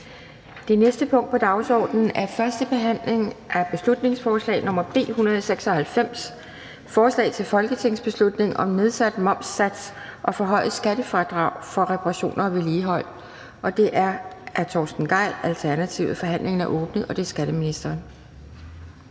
Det næste punkt på dagsordenen er: 11) 1. behandling af beslutningsforslag nr. B 196: Forslag til folketingsbeslutning om nedsat momssats og forhøjet skattefradrag for reparationer og vedligehold. Af Torsten Gejl (ALT). (Fremsættelse